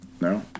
No